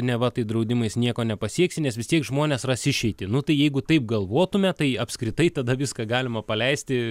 neva tai draudimais nieko nepasieksi nes vis tiek žmonės ras išeitį nu tai jeigu taip galvotume tai apskritai tada viską galima paleisti